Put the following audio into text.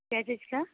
क्या चीज़ का